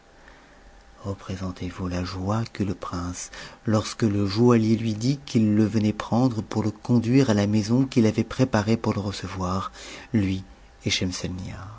représentez-vous la joie qu'eut le prince lorsque le joaillier lui dit qu'il le venait prendre pour le conduire à la maison qu'il avait préparée pour le recevoir lui